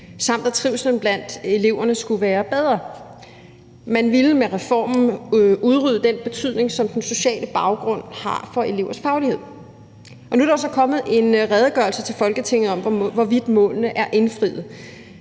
samt at trivslen blandt eleverne skulle være bedre. Man ville med reformen udrydde den betydning, som den sociale baggrund har for elevers faglighed. Nu er der jo så kommet en redegørelse til Folketinget om, hvorvidt målene er indfriet,